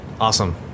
Awesome